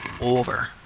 over